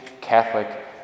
Catholic